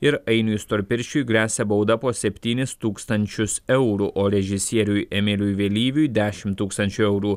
ir ainiui storpirščiui gresia bauda po septynis tūkstančius eurų o režisieriui emiliui vėlyviui dešimt tūkstančių eurų